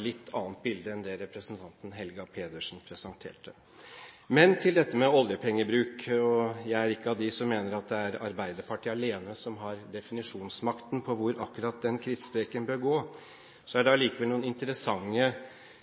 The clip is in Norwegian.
litt annet bilde enn det representanten Helga Pedersen presenterte. Så til dette med oljepengebruk. Jeg er ikke av dem som mener at Arbeiderpartiet alene har definisjonsmakten på akkurat hvor den krittstreken bør gå, men det er allikevel noen interessante